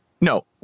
No